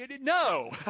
No